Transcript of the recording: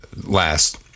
last